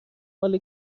مال